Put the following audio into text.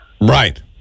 Right